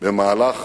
במהלך